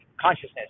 consciousness